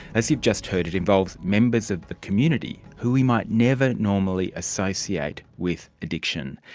as you've just heard it involves members of the community who we might never normally associate with addiction.